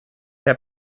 herr